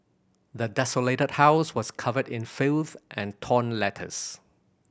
the desolated house was covered in filth and torn letters